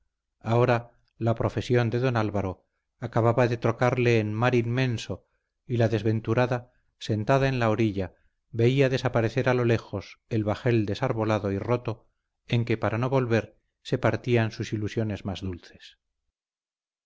ahora la profesión de don álvaro acababa de trocarle en mar inmenso y la desventurada sentada en la orilla veía desaparecer a lo lejos el bajel desarbolado y roto en que para no volver se partían sus ilusiones más dulces